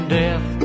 death